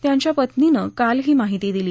त्यांच्या पत्नीनं काल ही माहिती दिली